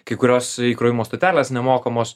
kai kurios įkrovimo stotelės nemokamos